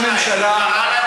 הבטיח להם,